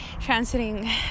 transiting